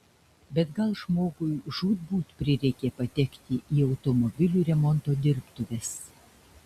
bet gal žmogui žūtbūt prireikė patekti į automobilių remonto dirbtuves